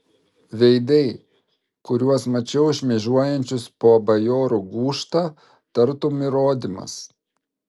veidai kuriuos mačiau šmėžuojančius po bajorų gūžtą tartum įrodymas